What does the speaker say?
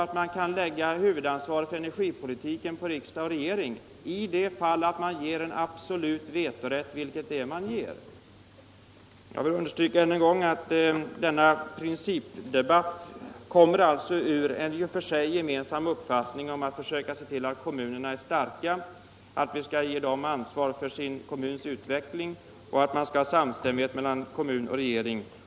Man kan inte lägga huvudansvaret för energipolitiken på riksdag och regering om man ger kommunerna en absolut vetorätt — vilket man gör om man bifaller reservationen 1. Jag vill än en gång understryka att denna principdebatt förs med utgångspunkt i en i och för sig gemensam uppfattning att man skall försöka se till att kommunerna är starka, att vi skall ge dem ansvar för sin egen utveckling och att det skall råda samstämmighet mellan kommun och regering.